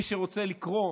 מי שרוצה לקרוא,